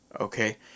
Okay